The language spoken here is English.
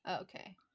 Okay